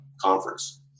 conference